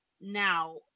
now